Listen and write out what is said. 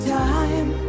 time